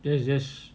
that's just